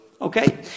Okay